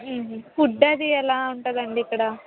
food అది ఎలా ఉంటుంది అండి ఇక్కడ